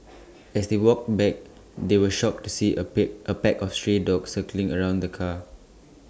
as they walked back they were shocked to see A pick pack of stray dogs circling around the car